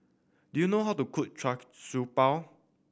do you know how to cook char siew bao